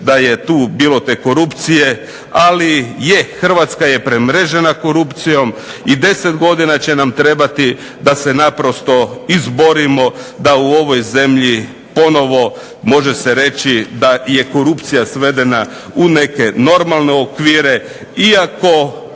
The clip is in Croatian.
da je tu bilo te korupcije, ali je, Hrvatska je premrežena korupcijom i 10 godina će nam trebati da se naprosto izborimo da u ovoj zemlji ponovo može se reći da je korupcija svedena u neke normalne okvire iako